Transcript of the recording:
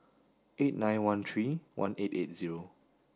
eight nine one three one eight eight zero